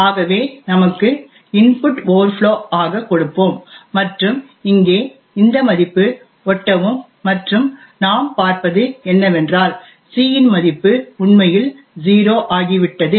ஆகவே நமக்கு input overflow ஆக கொடுப்போம் மற்றும் இங்கே இந்த மதிப்பு ஒட்டவும் மற்றும் நாம் பார்ப்பது என்னவென்றால் c இன் மதிப்பு உண்மையில் 0 ஆகிவிட்டது